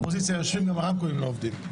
איפה שהאופוזיציה יושבים, גם הרמקולים לא עובדים.